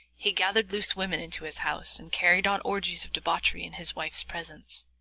he gathered loose women into his house, and carried on orgies of debauchery in his wife's presence.